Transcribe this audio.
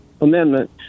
amendment